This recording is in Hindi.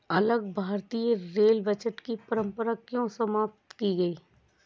अलग भारतीय रेल बजट की परंपरा क्यों समाप्त की गई?